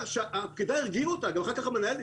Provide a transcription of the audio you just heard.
הפקידה הרגיעה אותה ואחר כך המנהל.